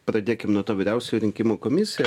pradėkim nuo to vyriausioji rinkimų komisija